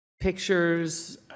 pictures